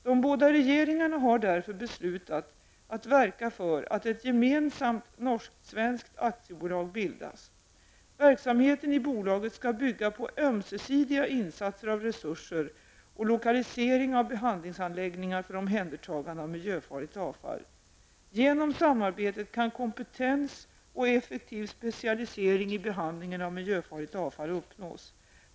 De båda regeringarna har därför beslutat att verka för att ett gemensamt norsk-svenskt aktiebolag bildas. Verksamheten i bolaget skall bygga på ömsesidiga insatser av resurser och lokalisering av behandlingsanläggningar för omhändertagande av miljöfarligt avfall. Genom samarbetet kan kompetens och effektiv specialisering i behandlingen av miljöfarligt avfall uppnås.